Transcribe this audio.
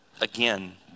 again